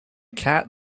cat